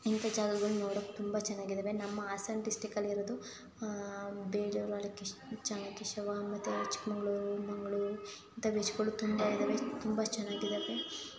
ಇಂಥ ಜಾಗಗಳನ್ನ ನೋಡೋಕೆ ತುಂಬ ಚೆನ್ನಾಗಿದ್ದಾವೆ ನಮ್ಮ ಹಾಸನ ಡಿಸ್ಟಿಕ್ಕಲ್ಲಿ ಇರೋದು ಬೇಲೂರು ಅಳೆಕಿಶ ಚೆನ್ನಕೇಶವ ಮತ್ತು ಚಿಕ್ಕಮಗ್ಳೂರು ಮಗಳೂರು ಪ್ರದೇಶಗಳು ತುಂಬ ಇದ್ದಾವೆ ತುಂಬ ಚೆನ್ನಾಗಿದ್ದಾವೆ